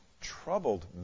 troubled